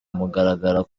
mugaragaro